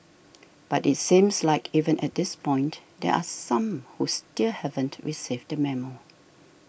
but it seems like even at this point there are some who still haven't received the memo